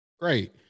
Great